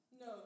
No